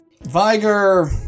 Viger